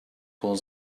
was